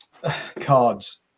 Cards